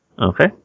Okay